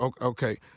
Okay